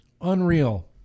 Unreal